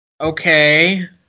Okay